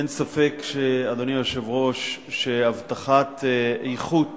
אדוני היושב-ראש, אין ספק שהבטחת איכות